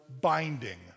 binding